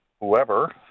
whoever